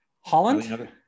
Holland